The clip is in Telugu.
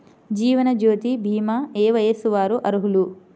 జీవనజ్యోతి భీమా ఏ వయస్సు వారు అర్హులు?